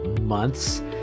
months